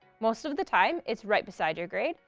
most of the time, it's right beside your grade,